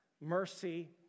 mercy